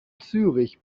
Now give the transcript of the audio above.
zürich